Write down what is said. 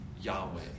Yahweh